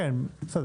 בסדר.